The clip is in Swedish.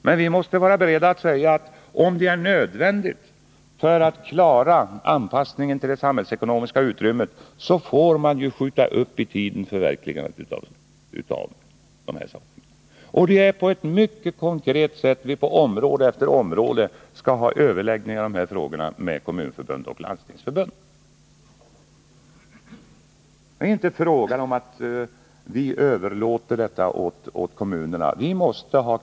Men vi måste också vara beredda att säga: Om det är nödvändigt för att klara anpassningen till det samhällsekonomiska utrymmet, får man framåt i tiden skjuta förverkligandet av dessa planer. Vi skall på område efter område ha mycket konkreta överläggningar om dessa frågor med Kommunförbundet och Landstingsförbundet. Det är inte fråga om att vi överlåter åt kommunerna att lösa problemen.